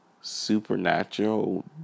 supernatural